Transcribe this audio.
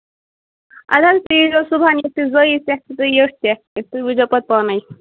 اَدٕ حظ ٹھیٖک حظ صبُحن تُہۍ وُچھ زیٚو پَتہٕ پانٕے